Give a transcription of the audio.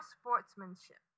sportsmanship